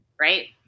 right